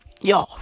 yo